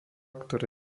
ktoré